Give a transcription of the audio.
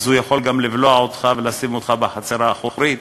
אז הוא יכול גם לבלוע אותך ולשים אותך בחצר האחורית.